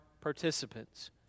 participants